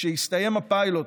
כשהסתיים הפיילוט,